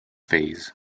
phase